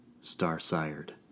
star-sired